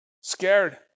scared